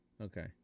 Okay